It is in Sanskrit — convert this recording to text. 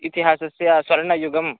इतिहासस्य स्वर्णयुगं